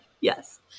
Yes